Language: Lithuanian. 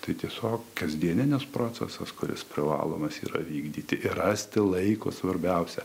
tai tiesiog kasdieninis procesas kuris privalomas yra vykdyti ir rasti laiko svarbiausia